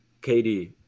kd